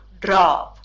drop